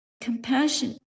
Compassion